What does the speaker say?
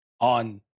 on